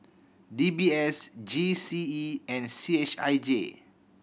D B S G C E and C H I J